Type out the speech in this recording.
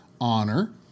honor